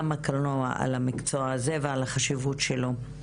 הקולנוע על המקצוע הזה ועל החשיבות שלו.